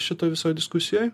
šitoj visoj diskusijoj